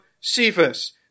Cephas